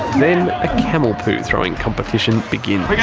then a camel poo throwing competition begins. like